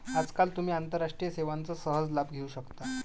आजकाल तुम्ही आंतरराष्ट्रीय सेवांचा सहज लाभ घेऊ शकता